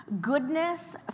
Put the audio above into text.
goodness